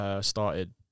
started